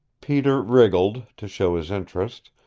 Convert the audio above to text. peter wriggled, to show his interest,